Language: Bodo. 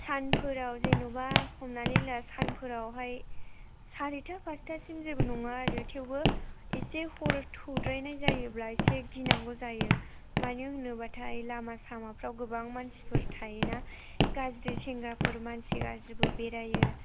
सानफोराव जेनेबा हमनानै ला सानफोरावहाय सारिता पास्तासिम जेबो नङा आरो थेवबो एसे हर थौद्रायनाय जायोब्ला एसे गिनांगौ जायो मानो होनोब्लाथाय लामा सामाफोराव गोबां मानसिफोर थायोना गाज्रि सेंग्राफोर मानसि गाज्रिबो बेरायो